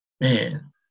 Man